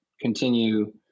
continue